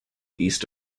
east